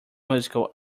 musical